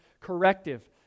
corrective